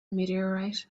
meteorite